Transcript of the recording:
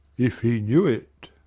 if he knew it.